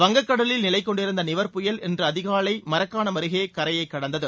வங்கக் கடலில் நிலைகொண்டிருந்த நிவர் புயல் இன்று அதிகாலைமரக்காணம் அருகே கரையை கடந்தது